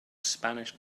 spanish